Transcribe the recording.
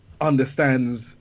understands